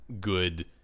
good